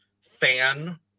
fan